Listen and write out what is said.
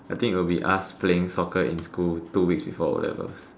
I think it'll be us playing soccer in school two weeks before O-levels